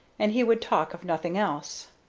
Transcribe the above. and he would talk of nothing else.